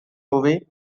movie